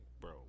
Bro